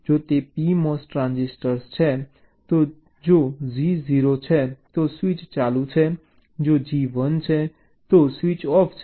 જો તે PMOS transistor છે તો જો G 0 છે તો સ્વીચ ચાલુ છે જો G 1 છે તો સ્વીચ ઑફ છે